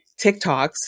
TikToks